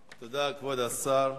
תודה, כבוד השר.